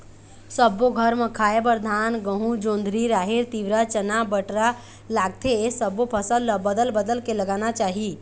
सब्बो घर म खाए बर धान, गहूँ, जोंधरी, राहेर, तिंवरा, चना, बटरा लागथे ए सब्बो फसल ल बदल बदल के लगाना चाही